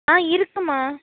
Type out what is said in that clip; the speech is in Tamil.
ஆ இருக்குதும்மா